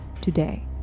today